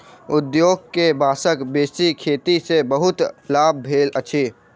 उद्योग के बांसक बेसी खेती सॅ बहुत लाभ भेल अछि